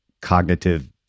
cognitive